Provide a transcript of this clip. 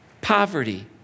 poverty